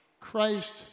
Christ